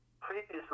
Previously